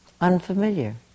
unfamiliar